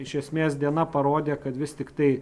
iš esmės diena parodė kad vis tiktai